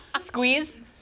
Squeeze